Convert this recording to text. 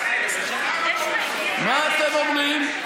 מה אתם אומרים?